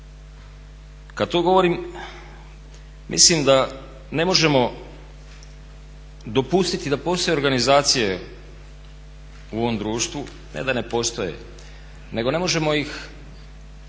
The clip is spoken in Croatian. Kada to govorim mislim da ne možemo dopustiti da postoje organizacije u ovom društvu, ne da ne postoje nego ne možemo ih